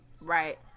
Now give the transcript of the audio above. Right